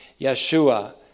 Yeshua